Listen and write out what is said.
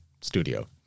Studio